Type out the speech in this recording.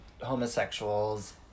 homosexuals